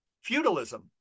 feudalism